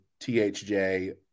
THJ